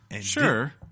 Sure